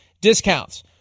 discounts